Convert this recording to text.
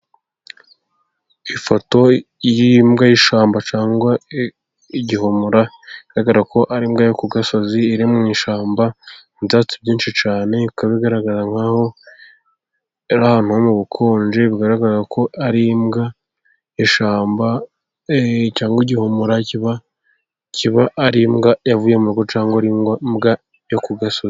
Ifoto y'imbwa y'ishyamba cyangwa se igihomora, igaragara ko ari imbwa yo ku gasozi iri mu ishyamba. Ibyatsi byinshi cyane ikaba igaragara nk'aho ari ahantu hari ubukonje bigaragaza ko ari imbwa. Ishamba cyangwa se igihomora kiba ari imbwa yavuye mu rugo cyangwa se imbwa yo ku gasozi.